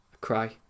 Cry